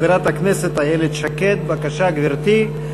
חברת הכנסת איילת שקד, בבקשה, גברתי.